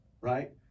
right